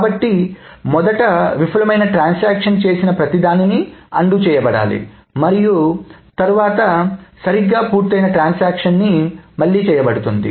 కాబట్టి మొదట విఫలమైన ట్రాన్సాక్షన్ చేసిన ప్రతి దానిని అన్డు చేయబడాలి మరియు తరువాత సరిగ్గా పూర్తయిన ట్రాన్సాక్షన్ ని మళ్లీ చేయబడుతుంది